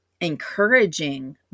encouraging